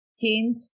change